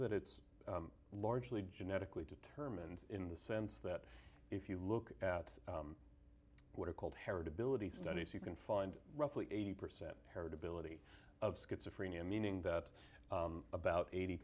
that it's largely genetically determined in the sense that if you look at what are called heritability studies you can find roughly eighty percent paired ability of schizophrenia meaning that about eighty